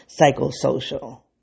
Psychosocial